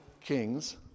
kings